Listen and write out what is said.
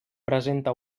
presenta